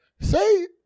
say